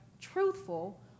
truthful